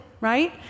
right